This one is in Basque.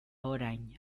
orain